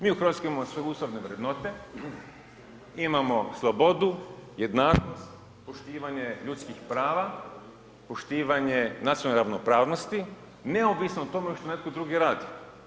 Mi u Hrvatskoj imamo svoje ustavne vrednote, imamo slobodu, jednakost, poštivanje ljudskih prava, poštivanje nacionalne ravnopravnosti neovisno o tome što netko drugi radi.